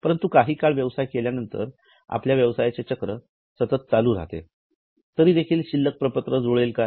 परंतु काही काळ व्यवसाय केल्यानंतर आपल्या व्यवसायाचे चक्र सतत चालू राहते तरीदेखील शिल्लक पत्रक जुळेल काय